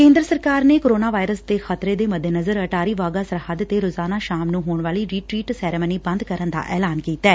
ਕੇਂਦਰ ਸਰਕਾਰ ਨੇ ਕੋਰੋਨਾ ਵਾਇਰਸ ਦੇ ਖ਼ਤਰੇ ਦੇ ਮੱਦੇਨਜ਼ਰ ਅਟਾਰੀ ਵਾਹਘਾ ਸਰਹੱਦ ਤੇ ਰੋਜ਼ਾਨਾ ਸ਼ਾਮ ਨੂੰ ਹੋਣ ਵਾਲੀ ਰੀ ਟਰੀਟ ਸੇਰਾਮਨੀ ਬੰਦ ਕਰਨ ਦਾ ਐਲਾਨ ਕੀਤੈ